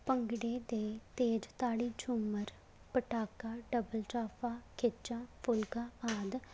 ਭੰਗੜੇ ਦੇ ਤੇਜ਼ ਤਾੜੀ ਝੂਮਰ ਪਟਾਕਾ ਡਬਲ ਜੱਫਾ ਖਿੱਚਾ ਫੁਲਕਾ ਆਦਿ